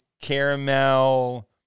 caramel